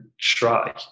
try